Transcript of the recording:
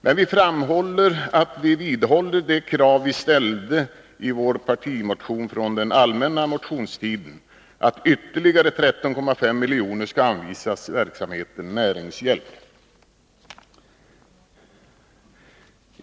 Men vi framhåller att vi vidhåller det krav vi ställde i vår partimotion från den allmänna motionstiden, att ytterligare 13,5 milj.kr. skall anvisas för verksamheten med näringshjälp.